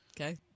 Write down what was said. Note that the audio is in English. Okay